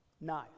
No